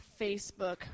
Facebook